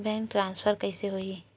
Bank transfer कइसे होही?